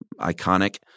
iconic